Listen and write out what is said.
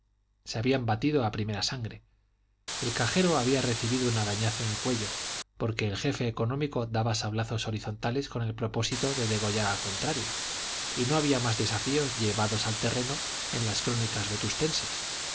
se habían batido a primera sangre el cajero había recibido un arañazo en el cuello porque el jefe económico daba sablazos horizontales con el propósito de degollar al contrario y no había más desafíos llevados al terreno en las crónicas vetustenses